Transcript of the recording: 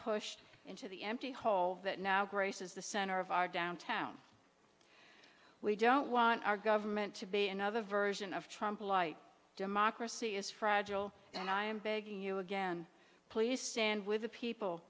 pushed into the empty hole that now graces the center of our downtown we don't want our government to be another version of trump a light democracy is fragile and i am begging you again please stand with the people